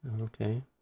Okay